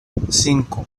cinco